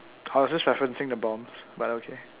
I was just referencing the bombs but okay